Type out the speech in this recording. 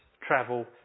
travel